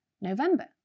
november